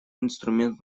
инструмент